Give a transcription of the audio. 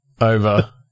Over